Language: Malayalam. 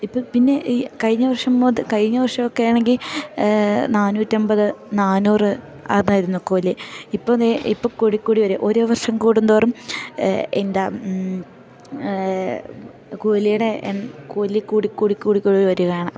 ഇപ്പം പിന്നെ ഈ കഴിഞ്ഞ വർഷം കഴിഞ്ഞ വർഷമൊക്കെ ആണെങ്കിൽ നാനൂറ്റൻപത് നാനൂറ് അതായിരുന്നു കൂലി ഇപ്പോൾ ദേ ഇപ്പോൾ കൂടിക്കൂടി വര് ഓരോ വർഷം കൂടുന്തോറും എന്താ കൂലിയുടെ കൂലി കൂടിക്കൂടിക്കൂടിക്കൂടി വരികയാണ് അപ്പം